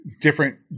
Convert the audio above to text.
different